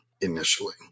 initially